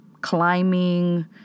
climbing